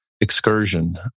excursion